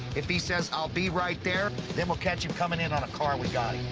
if he says, i'll be right there, then we'll catch him coming in on a car we've got.